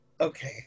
Okay